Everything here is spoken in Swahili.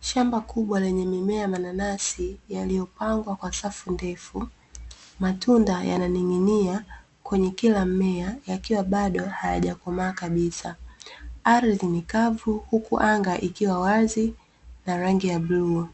Shamba kubwa lenye mimea, mananasi yaliyopangwa kwa safu ndefu, matunda yananing'inia kwenye kila mmea yakiwa bado hayajakomaa kabisa, ardhi ni kavu huku anga ikiwa wazi na rangi ya bluu.